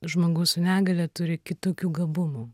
žmogus su negalia turi kitokių gabumų